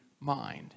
mind